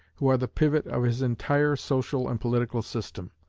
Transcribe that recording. who are the pivot of his entire social and political system.